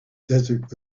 desert